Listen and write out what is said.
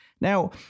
Now